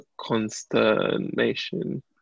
consternation